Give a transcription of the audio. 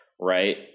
right